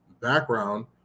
background